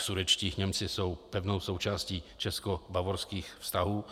Sudetští Němci jsou pevnou součástí českobavorských vztahů.